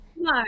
No